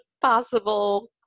possible